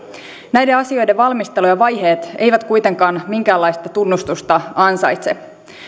näiden asioiden valmistelujen vaiheet eivät kuitenkaan minkäänlaista tunnustusta ansaitse